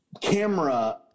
camera